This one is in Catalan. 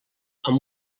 amb